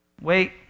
Wait